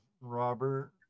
Robert